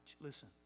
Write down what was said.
Listen